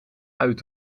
uit